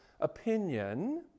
opinion